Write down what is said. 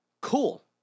cool